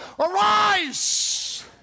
arise